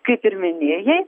kaip ir minėjai